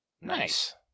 Nice